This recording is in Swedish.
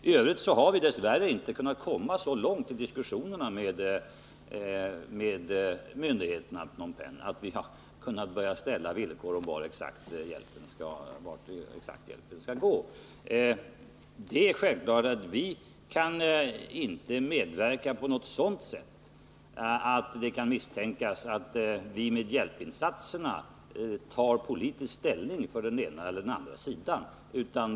I Övrigt har vi dess värre inte kunnat komma så långt i diskussionerna med myndigheterna i Phnom Penh att vi har kunnat ställa villkor om exakt vart hjälpen skall gå. Det är självklart att vi inte kan medverka på sådant sätt att det skulle kunna misstänkas att vi med våra hjälpinsatser tar politisk ställning för den ena eller den andra sidan.